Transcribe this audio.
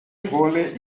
vole